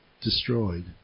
destroyed